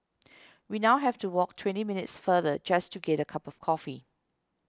we now have to walk twenty minutes farther just to get a cup of coffee